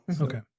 Okay